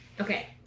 Okay